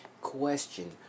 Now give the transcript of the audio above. question